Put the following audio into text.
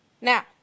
Now